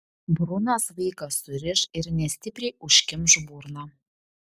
brunas vaiką suriš ir nestipriai užkimš burną